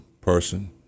person